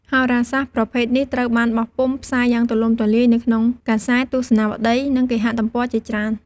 ហោរាសាស្ត្រប្រភេទនេះត្រូវបានបោះពុម្ពផ្សាយយ៉ាងទូលំទូលាយនៅក្នុងកាសែត ទស្សនាវដ្តី និងគេហទំព័រជាច្រើន។